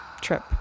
trip